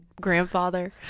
grandfather